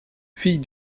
file